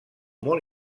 molt